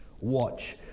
Watch